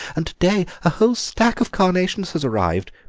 and to day a whole stack of carnations has arrived,